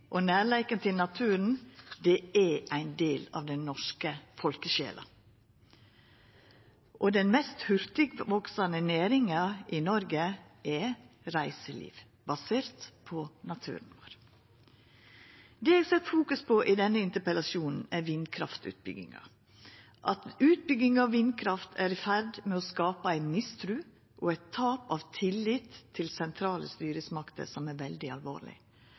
og nærleiken til naturen er ein del av den norske folkesjela, og den mest hurtigvaksande næringa i Noreg er reiseliv, basert på naturen. Det eg set fokus på i denne interpellasjonen, er vindkraftutbygginga, at utbygging av vindkraft er i ferd med å skapa ei mistru og eit tap av tillit til sentrale styresmakter som er veldig alvorleg.